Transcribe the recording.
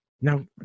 Now